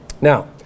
Now